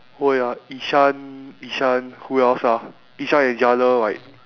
oh ya ishan ishan who else ah ishan and jia-le right